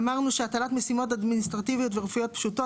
אמרנו שהטלת משימות אדמיניסטרטיביות ורפואיות פשוטות